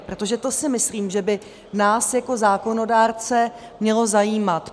Protože to si myslím, že by nás jako zákonodárce mělo zajímat.